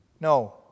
No